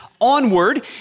Onward